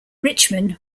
richman